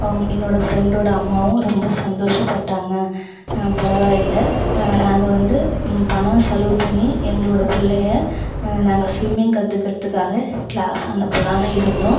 அவங்க என்னோட ஃப்ரெண்டோட அம்மாவும் ரொம்ப சந்தோஷ பட்டாங்க பரவாயில்லை நாங்கள் வந்து பணோம் செலவு பண்ணி எங்களோட பிள்ளைய நாங்கள் ஸ்விம்மிங் கற்றுக்கறதுக்காக க்ளாஸ் அனுப்பலான்னு இருந்தோம்